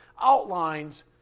Outlines